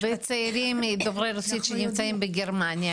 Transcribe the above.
והצעירים דוברי רוסית שנמצאים בגרמניה,